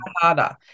harder